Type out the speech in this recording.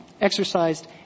exercised